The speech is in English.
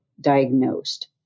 diagnosed